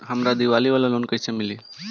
हमरा दीवाली वाला लोन कईसे मिली?